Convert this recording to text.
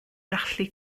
gallu